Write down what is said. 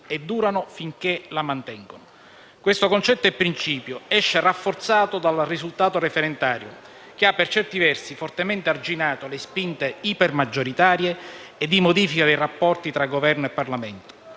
e durano finché la mantengono. Questo concetto e principio esce rafforzato dal risultato referendario che ha, per certi versi, fortemente arginato le spinte ipermaggioritarie e di modifica dei rapporti tra Governo e Parlamento.